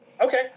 Okay